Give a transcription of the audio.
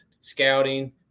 scouting